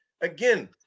again